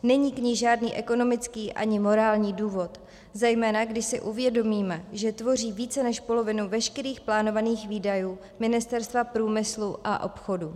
Není k ní žádný ekonomický ani morální důvod, zejména když si uvědomíme, že tvoří více než polovinu veškerých plánovaných výdajů Ministerstva průmyslu a obchodu.